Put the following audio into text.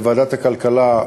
של ועדת הכלכלה,